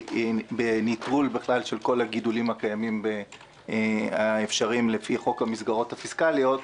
ובנטרול של כל הגידולים הקיימים האפשריים לפי חוק המסגרות הפיסקליות,